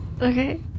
Okay